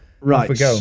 Right